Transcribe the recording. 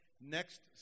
next